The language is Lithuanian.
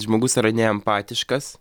žmogus yra ne empatiškas